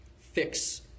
fix